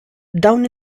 dawn